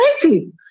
crazy